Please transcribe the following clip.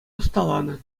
ӑсталанӑ